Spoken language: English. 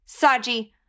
Saji